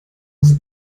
aus